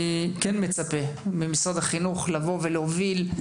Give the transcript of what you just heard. מצפה ממשרד החינוך להוביל את העניין הזה.